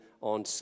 on